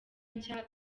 nshya